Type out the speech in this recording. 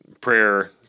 prayer